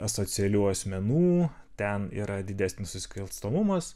asocialių asmenų ten yra didesnis nusikalstamumas